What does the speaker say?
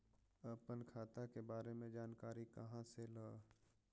अपन खाता के बारे मे जानकारी कहा से ल?